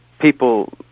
people